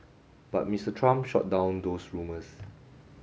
but Mr Trump shot down those rumours